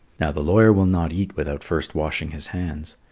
now, the lawyer will not eat without first washing his hands.